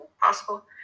possible